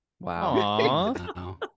Wow